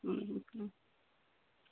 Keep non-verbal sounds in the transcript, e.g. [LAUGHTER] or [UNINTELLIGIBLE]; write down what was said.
[UNINTELLIGIBLE]